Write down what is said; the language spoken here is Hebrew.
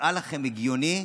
נראה לכם הגיוני?